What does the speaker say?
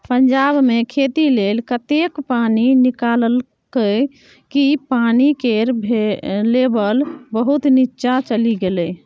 पंजाब मे खेती लेल एतेक पानि निकाललकै कि पानि केर लेभल बहुत नीच्चाँ चलि गेलै